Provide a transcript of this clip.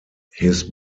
his